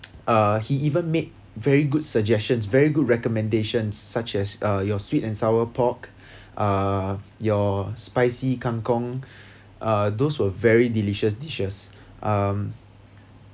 uh he even made very good suggestions very good recommendations such as uh your sweet and sour pork uh your spicy kang kong uh those were very delicious dishes um